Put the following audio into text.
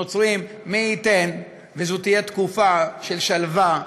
נוצרים: מי ייתן וזאת תהיה תקופה של שלווה,